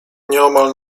nieomal